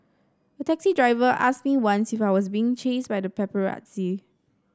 a taxi driver asked me once if I was being chased by the paparazzi